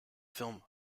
film